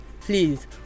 Please